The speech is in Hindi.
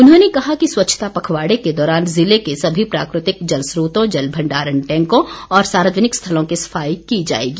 उन्होंने कहा कि स्वच्छता पखवाड़े के दौरान जिले के सभी प्राकृतिक जल स्रोतों जल भण्डारण टैंकों और सार्वजनिक स्थलों की सफाई की जाएगी